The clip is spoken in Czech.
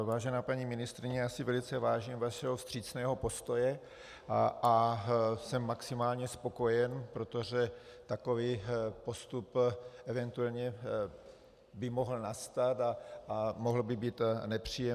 Vážená paní ministryně, velice si vážím vašeho vstřícného postoje a jsem maximálně spokojen, protože takový postup eventuálně by mohl nastat a mohl by být nepříjemný.